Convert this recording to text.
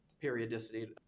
periodicity